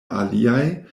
aliaj